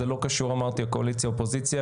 זה לא קשור, אמרתי, לקואליציה - אופוזיציה.